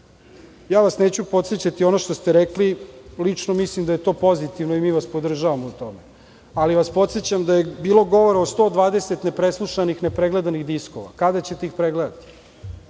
Ja vas neću podsećati na ono što ste rekli. Lično mislim da je to pozitivno i mi vas podržavamo u tome, ali vas podsećam da je bilo govora o 120 nepreslušanih, nepregledanih diskova. Kada ćete ih pregledati?